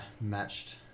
matched